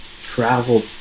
travel